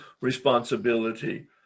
responsibility